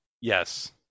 Yes